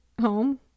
home